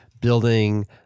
building